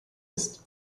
ist